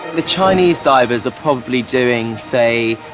the chinese divers are probably doing, say,